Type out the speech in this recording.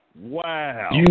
Wow